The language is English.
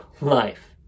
life